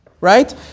right